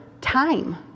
time